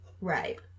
Right